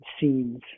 scenes